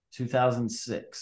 2006